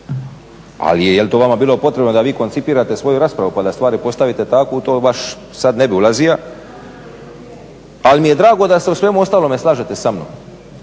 ali je li to vama bilo potrebno da vi koncipirate svoju raspravu pa da stvari postavite tako, u to baš sada ne bih ulazio, ali mi je drago da se u svemu ostalome slažete sa mnom.